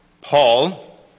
Paul